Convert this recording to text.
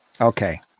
Okay